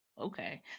Okay